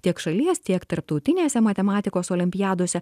tiek šalies tiek tarptautinėse matematikos olimpiadose